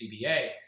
CBA